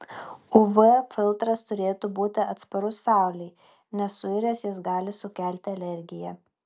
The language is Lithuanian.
uv filtras turėtų būti atsparus saulei nes suiręs jis gali sukelti alergiją